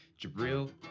Jabril